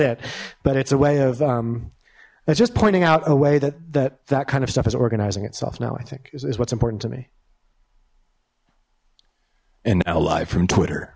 it but it's a way of just pointing out a way that that that kind of stuff is organizing itself now i think is what's important to me and i'll live from